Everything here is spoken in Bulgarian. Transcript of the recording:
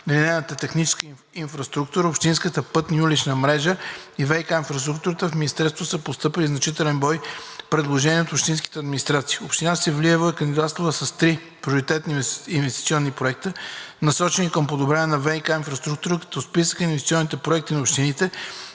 линейната техническа инфраструктура – общинската пътна и улична мрежа и ВиК инфраструктура, в Министерството са постъпили значителен брой предложения от общинските администрации. Община Севлиево е кандидатствала с три приоритетни инвестиционни проекта, насочени към подобряване на ВиК инфраструктура, като в Списъка на инвестиционни проекти на общините